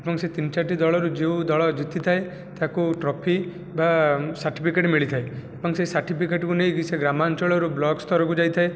ଏବଂ ସେହି ତିନି ଚାରଟି ଦଳରୁ ଯେଉଁ ଦଳ ଜିତିଥାଏ ତାକୁ ଟ୍ରଫି ବା ସାର୍ଟିଫିକେଟ ମିଳିଥାଏ ଏବଂ ସେହି ସାର୍ଟିଫିକେଟକୁ ନେଇକି ସେହି ଗ୍ରାମାଞ୍ଚଳରୁ ବ୍ଲକ ସ୍ତରକୁ ଯାଇଥାଏ